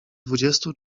dwudziestu